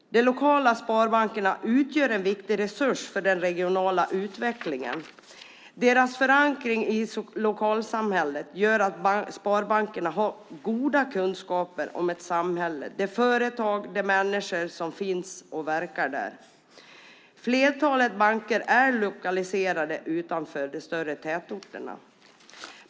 De lokala sparbankerna utgör en viktig resurs för den regionala utvecklingen. Deras förankring i lokalsamhället gör att sparbankerna har goda kunskaper om ett samhälle och de företag och människor som finns och verkar där. Flertalet banker är lokaliserade utanför de större tätorterna.